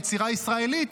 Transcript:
יצירה ישראלית,